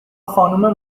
خانوم